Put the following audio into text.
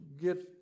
get